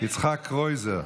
יצחק קרויזר,